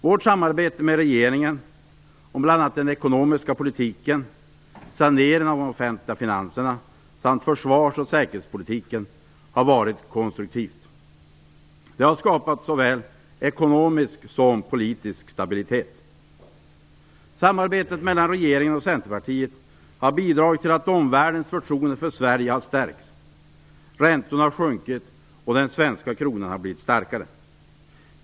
Vårt samarbete med regeringen om bl.a. den ekonomiska politiken, saneringen av de offentliga finanserna samt försvars och säkerhetspolitiken har varit konstruktivt. Det har skapat såväl ekonomisk som politisk stabilitet. Samarbetet mellan regeringen och Centerpartiet har bidragit till att omvärldens förtroende för Sverige har stärkts. Räntorna har sjunkit och den svenska kronan har blivit starkare.